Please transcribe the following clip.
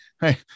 Hey